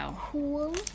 Cool